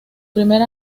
primer